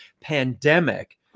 pandemic